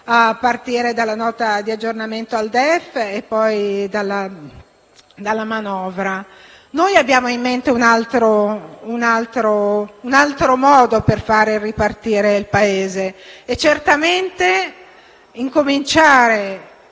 a partire dalla Nota di aggiornamento al DEF e poi dalla manovra. Noi abbiamo in mente un altro modo per far ripartire il Paese: certamente cominciare